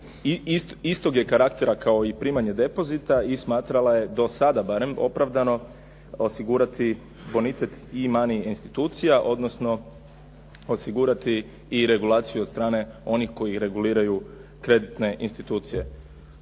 istog je karaktera kao i primanje depozita i smatrala je barem do sada opravdano osigurati bonitet i many institucija, odnosno osigurati i regulaciju od strane onih koji reguliraju kreditne institucije.